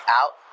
out